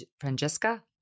Francesca